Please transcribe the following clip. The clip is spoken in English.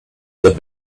the